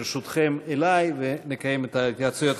ברשותכם, אליי, ונקיים את ההתייעצויות.